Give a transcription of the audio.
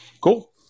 Cool